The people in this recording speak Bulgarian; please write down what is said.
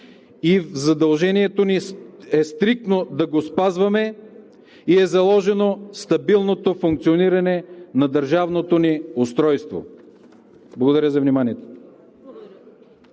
задължението ни е стриктно да го спазваме и е заложено стабилното функциониране на държавното ни устройство. Благодаря за вниманието.